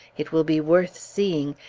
it will be worth seeing,